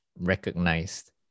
recognized